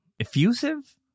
effusive